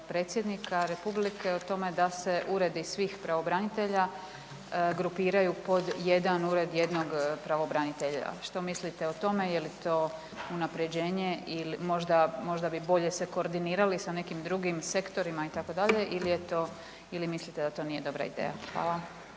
predsjednika Republike o tome da se Uredi svih pravobranitelja grupiraju pod jedan Ured jednog pravobranitelja. Što mislite o tome, je li to unaprjeđenje ili možda, možda bi bolje se koordinirali sa nekim drugim sektorima i tako dalje, ili je to, ili mislite da to nije dobra ideja? Hvala.